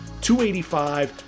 285